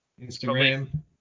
Instagram